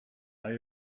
are